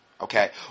okay